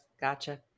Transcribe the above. Gotcha